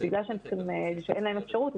בגלל שאין להם אפשרות,